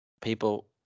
People